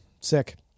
Sick